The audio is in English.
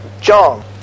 John